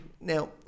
Now